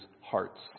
hearts